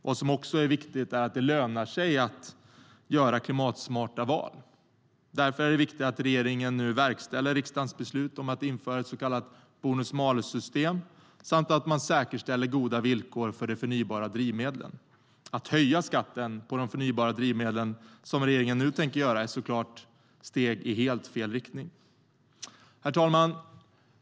Vad som också är viktigt är att det lönar sig att göra klimatsmarta val. Därför är det viktigt att regeringen nu verkställer riksdagens beslut om att införa ett så kallat bonus-malus-system och att man säkerställer goda villkor för de förnybara drivmedlen. Att höja skatten på de förnybara drivmedlen, som regeringen nu tänker göra, är ett steg i helt fel riktning. Herr talman!